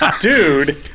Dude